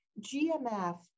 GMF